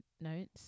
notes